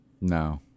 no